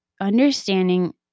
understanding